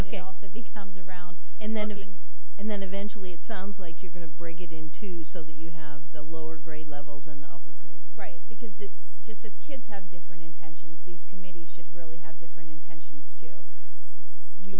ok also becomes around and then having and then eventually it sounds like you're going to bring it into so that you have the lower grade levels in the upper grade right because that just the kids have different intentions these committees should really have different intentions